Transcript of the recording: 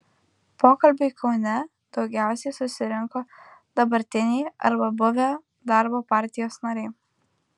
pokalbiui kaune daugiausiai susirinko dabartiniai arba buvę darbo partijos nariai